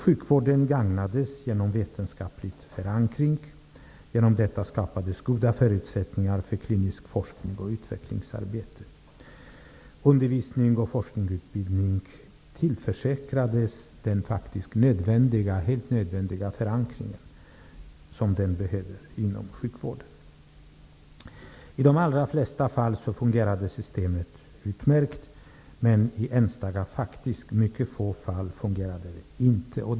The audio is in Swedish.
Sjukvården gagnades av denna vetenskapliga förankring. Genom detta skapades goda förutsättningar för klinisk forskning och utvecklingsarbete. Undervisning och forskningsutbildning tillförsäkrades den helt nödvändiga förankringen inom sjukvården. I de allra flesta fall fungerade systemet utmärkt, men i faktiskt mycket få enstaka fall fungerade det inte.